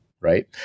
right